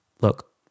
look